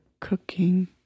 cooking